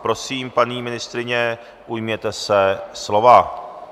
Prosím, paní ministryně, ujměte se slova.